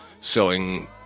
selling